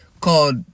called